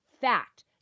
fact